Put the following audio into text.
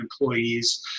employees